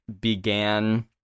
began